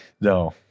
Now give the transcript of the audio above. No